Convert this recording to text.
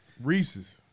Reese's